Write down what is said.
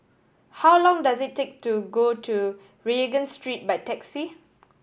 how long does it take to go to Regent Street by taxi